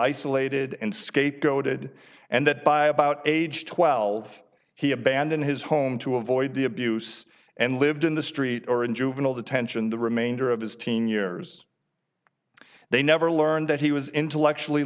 isolated and scapegoated and that by about age twelve he abandoned his home to avoid the abuse and lived in the street or in juvenile detention the remainder of his teen years they never learned that he was intellectually